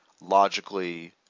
logically